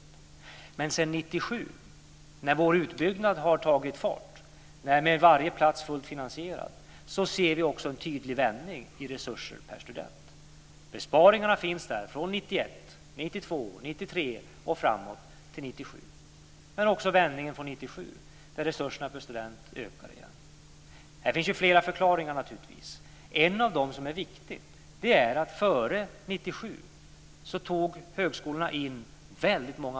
Men sedan 1997, när vår utbyggnad har tagit fart, när varje plats är fullt finansierad, ser vi också en tydlig vändning i resurser per student. Besparingarna finns där från 1991, 1992, 1993 och framåt till 1997, men också vändningen från 1997 där resurserna per student ökar igen. Här finns naturligtvis flera förklaringar.